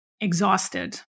exhausted